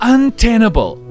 Untenable